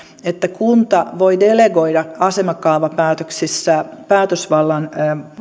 että kunta voi delegoida asemakaavapäätöksissä päätösvallan